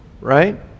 right